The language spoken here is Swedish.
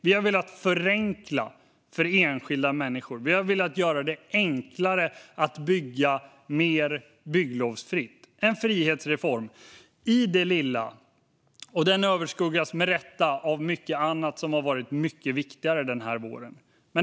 Vi har velat förenkla för enskilda människor - göra det enklare att bygga mer, bygglovsfritt. Det är en frihetsreform, i det lilla. Den överskuggas med rätta av mycket annat som har varit mycket viktigare den här våren.